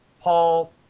Paul